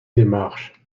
démarche